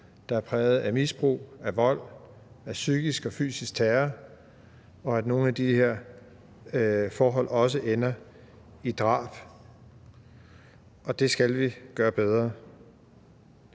der er præget af misbrug, af vold, af psykisk og fysisk terror, og at nogle af de her forhold også ender i drab. Det skal vi gøre bedre.